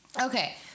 Okay